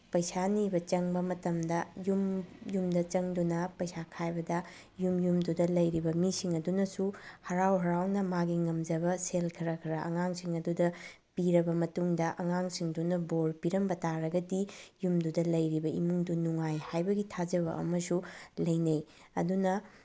ꯄꯩꯁꯥ ꯅꯤꯕ ꯆꯪꯕ ꯃꯇꯝꯗ ꯌꯨꯝ ꯌꯨꯝꯗ ꯆꯪꯗꯨꯅ ꯄꯩꯁꯥ ꯈꯥꯏꯕꯗ ꯌꯨꯝ ꯌꯨꯝꯗꯨꯗ ꯂꯩꯔꯤꯕ ꯃꯤꯁꯤꯡ ꯑꯗꯨꯅꯁꯨ ꯍꯔꯥꯎ ꯍꯔꯥꯎꯅ ꯃꯥꯒꯤ ꯉꯝꯖꯕ ꯁꯦꯜ ꯈꯔ ꯈꯔ ꯑꯉꯥꯡꯁꯤꯡ ꯑꯗꯨꯗ ꯄꯤꯔꯕ ꯃꯇꯨꯡꯗ ꯑꯉꯥꯡꯁꯤꯡꯗꯨꯅ ꯕꯣꯔ ꯄꯤꯔꯝꯕ ꯇꯥꯔꯒꯗꯤ ꯌꯨꯝꯗꯨꯗ ꯂꯩꯔꯤꯕ ꯏꯃꯨꯡꯗꯨ ꯅꯨꯡꯉꯥꯏ ꯍꯥꯏꯕꯒꯤ ꯊꯥꯖꯕ ꯑꯃꯁꯨ ꯂꯩꯅꯩ ꯑꯗꯨꯅ